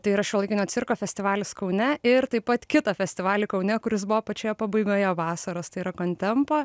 tai yra šiuolaikinio cirko festivalis kaune ir taip pat kitą festivalį kaune kuris buvo pačioje pabaigoje vasaros tai yra kontempa